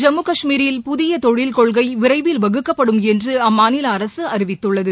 ஜம்மு கஷ்மீரில் புதிய தொழில் கொள்கை விரைவில் வகுக்கப்படும் என்று அம்மாநில அரசு அறிவித்துள்ளது